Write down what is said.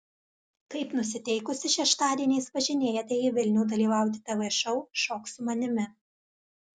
kaip nusiteikusi šeštadieniais važinėjate į vilnių dalyvauti tv šou šok su manimi